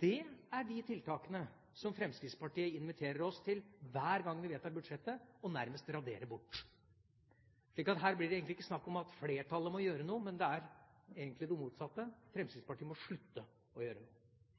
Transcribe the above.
Det er de tiltakene som Fremskrittspartiet hver gang vi vedtar budsjettet, nærmest inviterer oss til å radere bort. Så her blir det egentlig ikke snakk om at flertallet må gjøre noe, men faktisk det motsatte: Fremskrittspartiet må slutte å gjøre noe.